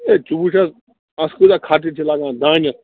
ہے ژٕ وُچھ حظ اَسہِ کوٗتاہ خرچہٕ چھِ لَگان دانٮ۪س